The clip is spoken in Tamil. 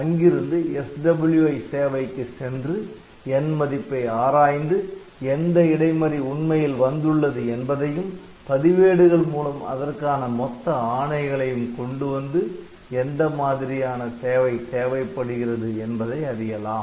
அங்கிருந்து SWI சேவைக்கு சென்று 'n' மதிப்பை ஆராய்ந்து எந்த இடை மறி உண்மையில் வந்துள்ளது என்பதையும் பதிவேடுகள் மூலம் அதற்கான மொத்த ஆணைகளையும் கொண்டுவந்து எந்த மாதிரியான சேவை தேவைப்படுகிறது என்பதை அறியலாம்